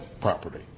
property